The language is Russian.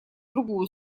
другую